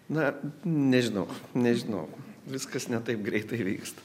na nežinau nežinau viskas ne taip greitai vyksta